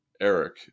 Eric